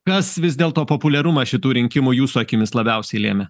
kas vis dėlto populiarumą šitų rinkimų jūsų akimis labiausiai lėmė